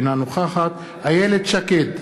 אינה נוכחת איילת שקד,